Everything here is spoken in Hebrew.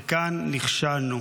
וכאן נכשלנו.